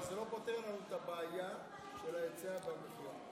אבל זה לא פותר לנו את הבעיה של ההיצע של הדירות.